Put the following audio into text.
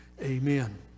amen